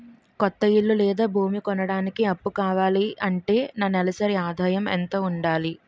కొత్త ఇల్లు లేదా భూమి కొనడానికి అప్పు కావాలి అంటే నా నెలసరి ఆదాయం ఎంత ఉండాలి?